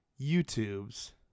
YouTube's